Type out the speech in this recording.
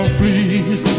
please